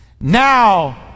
Now